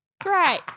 Great